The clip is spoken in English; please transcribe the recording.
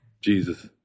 Jesus